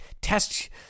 test